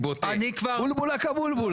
בולבול הקבולבול